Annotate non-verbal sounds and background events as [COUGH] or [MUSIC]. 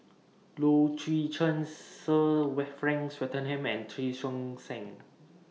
Low [UNINTELLIGIBLE] Chen Sir Wet Frank Swettenham and Che Song Sang